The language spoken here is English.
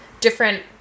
different